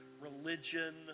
religion